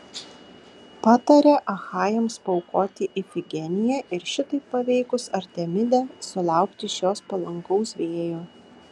patarė achajams paaukoti ifigeniją ir šitaip paveikus artemidę sulaukti iš jos palankaus vėjo